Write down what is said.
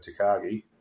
Takagi